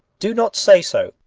do not say so.